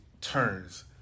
turns